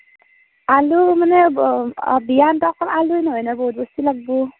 আলু মানে বিয়াত অকল আলুয়েই নহয় নহয় বহুত বস্তু লাগব'